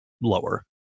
lower